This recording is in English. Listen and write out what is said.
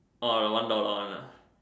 orh the one dollar one nah